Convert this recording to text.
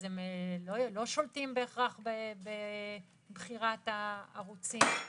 הם לא שולטים בהכרח בבחירת הערוצים.